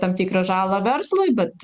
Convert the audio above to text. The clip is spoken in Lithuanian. tam tikrą žalą verslui bet